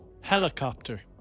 Helicopter